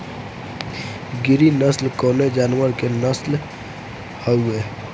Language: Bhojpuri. गिरी नश्ल कवने जानवर के नस्ल हयुवे?